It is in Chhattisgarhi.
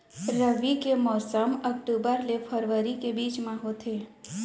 रबी के मौसम अक्टूबर ले फरवरी के बीच मा होथे